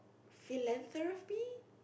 philanthropy